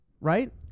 right